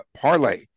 parlay